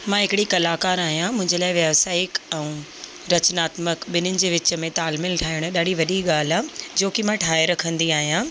मां हिकिड़ी कलाकारु आहियां मुंहिंजे लाइ व्यवसायिक ऐं रचनात्मक ॿिन्हिनि जे विच में तालमेल ठाहिण ॾाढी वॾी ॻाल्हि आहे जोकी मां ठाहे रखंदी आहियां